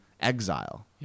exile